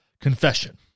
confession